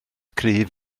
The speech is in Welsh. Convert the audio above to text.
cryf